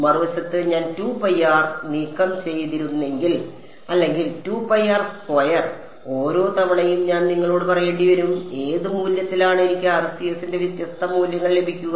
മറുവശത്ത് ഞാൻ നീക്കം ചെയ്തിരുന്നെങ്കിൽ അല്ലെങ്കിൽ ഓരോ തവണയും ഞാൻ നിങ്ങളോട് പറയേണ്ടിവരും ഏത് മൂല്യത്തിലാണ് എനിക്ക് RCS ന്റെ വ്യത്യസ്ത മൂല്യങ്ങൾ ലഭിക്കുക